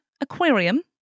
aquarium